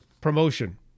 promotion